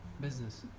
business